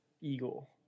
eagle